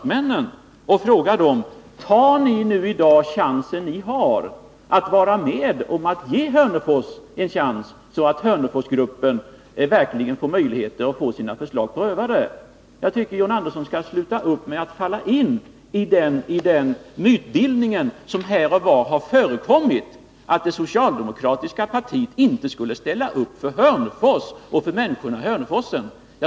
John Andersson borde fråga dem: Tar ni i dag den möjlighet ni har att vara med om att ge Hörnefors en chans, så att Hörneforsgruppen verkligen kan få sina förslag prövade? Jag tycker att John Andersson skall sluta upp med att falla in i den mytbildning som här och var har förekommit, nämligen att det socialdemokratiska partiet inte skulle ställa upp för Hörnefors och för människorna där.